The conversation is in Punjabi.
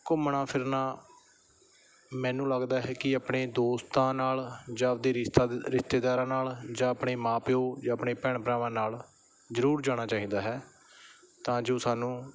ਘੁੰਮਣਾ ਫਿਰਨਾ ਮੈਨੂੰ ਲੱਗਦਾ ਹੈ ਕਿ ਆਪਣੇ ਦੋਸਤਾਂ ਨਾਲ ਜਾਂ ਆਪਣੇ ਰਿਸ਼ਤਾ ਰਿਸ਼ਤੇਦਾਰਾਂ ਨਾਲ ਜਾਂ ਆਪਣੇ ਮਾਂ ਪਿਓ ਜਾਂ ਆਪਣੇ ਭੈਣ ਭਰਾਵਾਂ ਨਾਲ ਜ਼ਰੂਰ ਜਾਣਾ ਚਾਹੀਦਾ ਹੈ ਤਾਂ ਜੋ ਸਾਨੂੰ